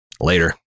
Later